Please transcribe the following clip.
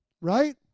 Right